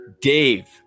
dave